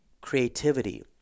creativity